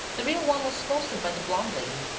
the real one was posted by the blonde lady.